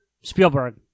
Spielberg